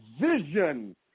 vision